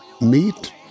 meet